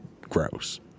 gross